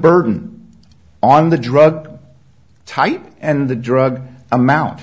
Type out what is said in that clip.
burden on the drug type and the drug amount